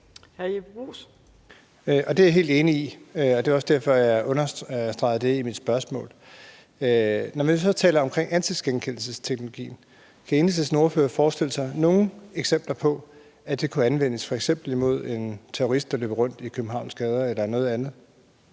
Det er jeg helt enig i, og det var også derfor, at jeg understregede det i mit spørgsmål. Når man så taler om ansigtsgenkendelsesteknologien, kan Enhedslistens ordfører så forestille sig nogen eksempler på, at det kunne anvendes f.eks. imod en terrorist, der løber rundt i Københavns gader, eller noget andet?